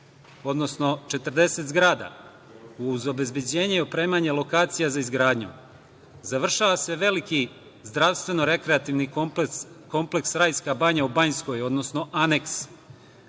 odnosno 40 zgrada, uz obezbeđenje i opremanje lokacija za izgradnju; završava se veliki zdravstveno-rekreativni kompleks Rajska banja u Banjskoj, odnosno aneks;